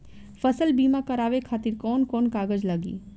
फसल बीमा करावे खातिर कवन कवन कागज लगी?